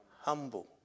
humble